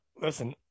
Listen